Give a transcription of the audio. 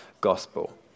Gospel